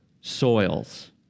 soils